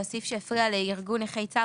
זה הסעיף שהפריע לארגון נכי צה"ל,